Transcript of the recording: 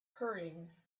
hurrying